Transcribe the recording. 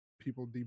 people